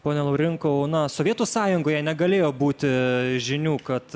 pone laurinkau na sovietų sąjungoje negalėjo būti žinių kad